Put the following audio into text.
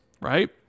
right